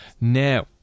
Now